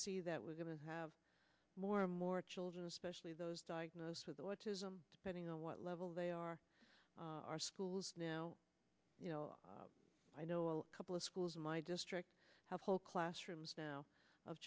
see that we're going to have more and more children especially those diagnosed with autism putting on what level they are our schools now you know i know a couple of schools in my district have whole classrooms now of